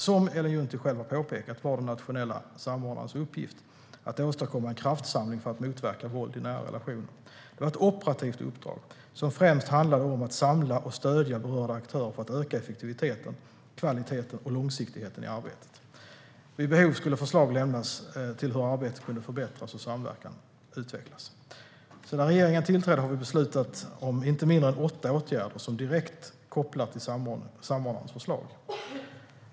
Som Ellen Juntti själv har påpekat var den nationella samordnarens uppgift att åstadkomma en kraftsamling för att motverka våld i nära relationer. Det var ett operativt uppdrag som främst handlade om att samla och stödja berörda aktörer för att öka effektiviteten, kvaliteten och långsiktigheten i arbetet. Vid behov skulle förslag lämnas till hur arbetet kunde förbättras och samverkan utvecklas. Sedan regeringen tillträdde har vi beslutat om inte mindre än åtta åtgärder som direkt kopplar till samordnarens förslag.